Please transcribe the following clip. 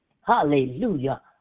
Hallelujah